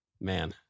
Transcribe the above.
man